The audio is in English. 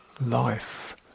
life